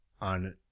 on